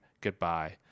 goodbye